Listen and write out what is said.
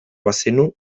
bazenu